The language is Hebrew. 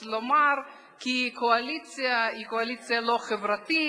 לומר כי הקואליציה היא קואליציה לא חברתית,